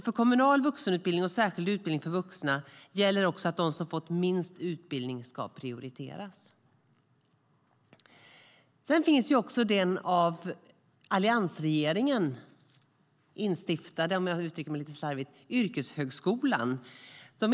För kommunal vuxenutbildning och särskild utbildning för vuxna gäller även att "de som fått minst utbildning ska prioriteras".Sedan finns också den av den tidigare alliansregeringen instiftade - om jag uttrycker mig lite slarvigt - yrkeshögskolan.